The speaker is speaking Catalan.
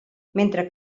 mentre